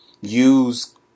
use